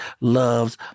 loves